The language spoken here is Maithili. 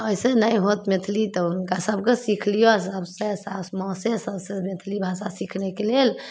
एहिसे नहि होत मैथिली तऽ हुनकासभके सीखि लिअऽ सभसे साउस माँसे सभसे मैथिली भाषा सिखनेके लेल